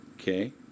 okay